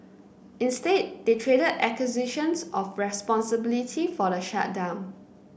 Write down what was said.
instead they traded accusations of responsibility for the shutdown